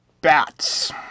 Bats